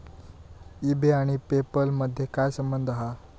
E बे आणि PayPal मधे काय संबंध हा?